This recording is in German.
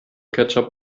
ketchup